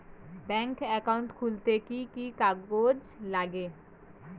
Bank account খুলতে কি কি কাগজ লাগে?